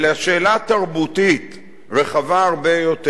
אלא שאלה תרבותית רחבה הרבה יותר,